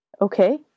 Okay